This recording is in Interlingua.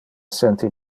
senti